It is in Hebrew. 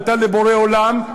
עלתה לבורא עולם,